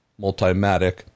Multimatic